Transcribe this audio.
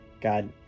God